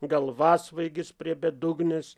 galvasvaigis prie bedugnės